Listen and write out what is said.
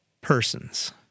persons